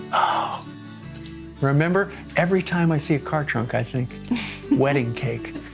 ah remember, every time i see a car trunk, i think wedding cake.